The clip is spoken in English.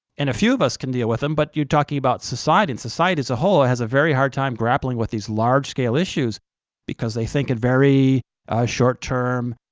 and a few of us can deal with them, but you're talking about society, and society as a whole has a very hard time grappling with these large-scale issues because they think in very short-term